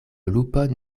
lupon